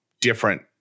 different